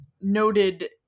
noted